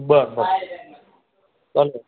बरं बरं चालतं आहे